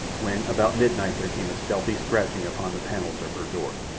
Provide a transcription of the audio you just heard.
when about midnight there came a stealthy scratching upon the panels of her door.